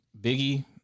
Biggie